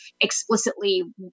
explicitly